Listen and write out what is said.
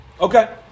Okay